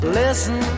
listen